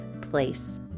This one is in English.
place